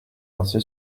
ainsi